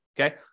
Okay